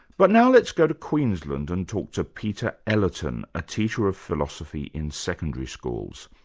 but now let's go to queensland and talk to peter ellerton, a teacher of philosophy in secondary schools.